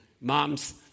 Moms